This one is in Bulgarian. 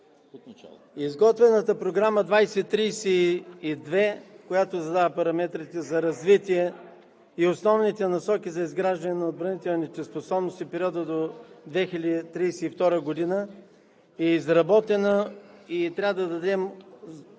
Изготвената Програма 2032, която задава параметрите за развитие и основните насоки за изграждане на отбранителните способности в периода до 2032 г., е изработена и трябва да отдадем